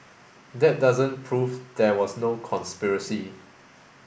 that doesn't prove there was no conspiracy